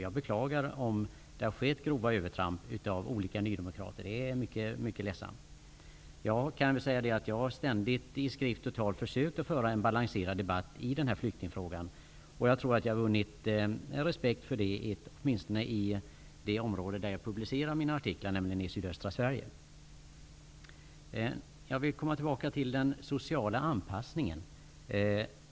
Jag beklagar om det har skett grova övertramp av olika nydemokrater. Det är mycket ledsamt. Jag har ständigt i skrift och tal försökt att föra en balanserad debatt i flyktingfrågan, och jag tror att jag har vunnit respekt för detta, åtminstone i det område där jag publicerar mina artiklar, nämligen i sydöstra Sverige. Jag vill återknyta till den sociala anpassningen.